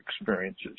experiences